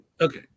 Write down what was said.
Okay